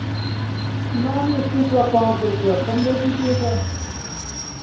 none A C का पाँच सौ कम दे दीजिएगा